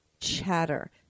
chatter